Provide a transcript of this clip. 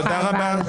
תודה רבה.